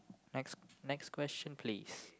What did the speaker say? next next question please